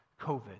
COVID